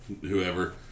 whoever